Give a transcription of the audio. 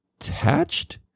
attached